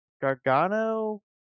Gargano